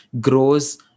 grows